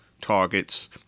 targets